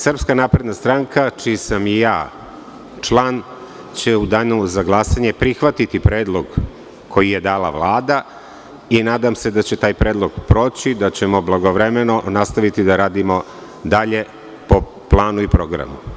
Srpska napredna stranka čiji sam i ja član će u danu za glasanje prihvatiti predlog koji je dala Vlada i nadam se da će taj predlog proći, da ćemo blagovremeno nastaviti da radimo dalje po planu i programu.